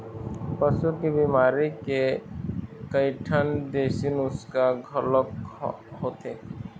पशु के बिमारी के कइठन देशी नुक्सा घलोक होथे